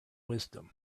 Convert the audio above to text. wisdom